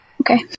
Okay